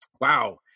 Wow